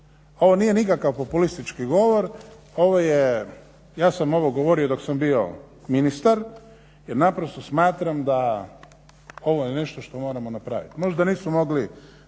Ovo nije nikakav populistički govor, ovo je, ja sam ovo govorio dok sam bio ministar jer naprosto smatram da ovo je nešto što moramo napraviti. Možda nismo mogli